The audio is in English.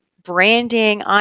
branding